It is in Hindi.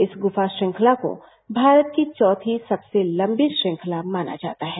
इस गुफा श्रंखता को भारत की चौथी सबसे लंबी श्रंखला माना जाता है